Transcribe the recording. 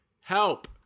help